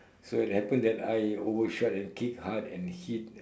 so it happen I overshot and kick hard and hit